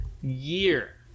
year